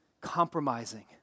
compromising